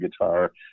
guitar